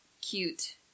cute